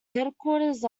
headquarters